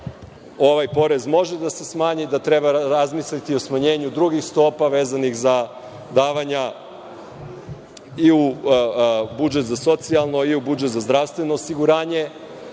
ovaj porez može da se smanji, da treba razmisliti o smanjenju drugih stopa vezanih za davanja i u budžet za socijalna i u budžet za zdravstveno osiguranje